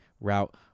route